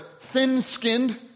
thin-skinned